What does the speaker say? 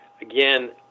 Again